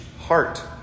heart